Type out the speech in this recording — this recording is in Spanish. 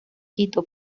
quito